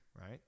right